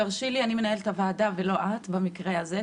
תרשי לי, אני מנהלת הוועדה ולא את, במקרה הזה.